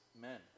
men